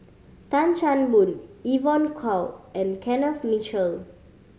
Tan Chan Boon Evon Kow and Kenneth Mitchell